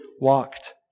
walked